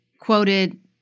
quoted